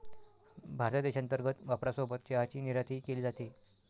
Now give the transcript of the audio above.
भारतात देशांतर्गत वापरासोबत चहाची निर्यातही केली जाते